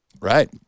right